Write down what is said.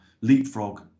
leapfrog